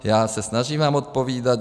Já se snažím vám odpovídat.